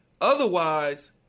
Otherwise